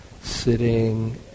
sitting